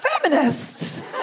Feminists